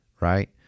right